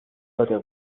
صادق